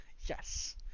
Yes